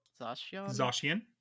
zashian